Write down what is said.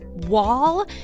Wall